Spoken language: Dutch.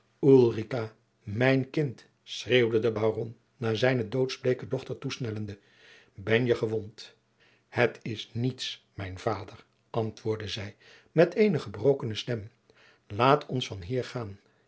mijn kind schreeuwde de baron naar zijne doodsbleeke dochter toesnellende ben je gewond het is niets mijn vader antwoordde zij met eene gebrokene stem laat ons van hier gaan